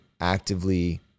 actively